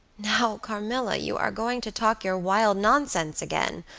now, carmilla, you are going to talk your wild nonsense again,